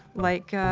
like, ah,